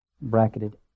bracketed